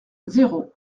zéro